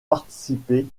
participé